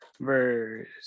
verse